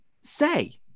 say